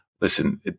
Listen